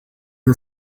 are